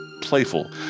playful